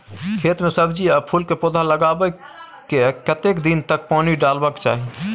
खेत मे सब्जी आ फूल के पौधा लगाबै के कतेक दिन तक पानी डालबाक चाही?